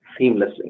seamlessly